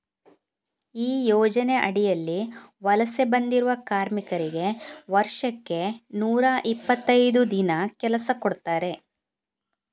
ಈ ಯೋಜನೆ ಅಡಿಯಲ್ಲಿ ವಲಸೆ ಬಂದಿರುವ ಕಾರ್ಮಿಕರಿಗೆ ವರ್ಷಕ್ಕೆ ನೂರಾ ಇಪ್ಪತ್ತೈದು ದಿನ ಕೆಲಸ ಕೊಡ್ತಾರೆ